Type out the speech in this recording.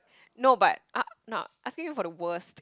no but ah no~ I asking you for the worst